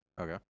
Okay